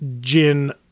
gin